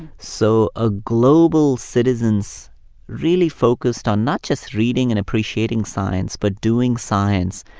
so a global citizen so really focused on, not just reading and appreciating science, but doing science,